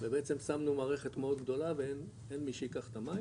ובעצם שמנו מערכת מאוד גדולה ואין מי שייקח את המים